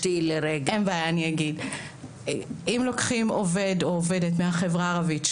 אם לוקחים עובד או עובדת מהחברה הערבית,